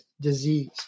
disease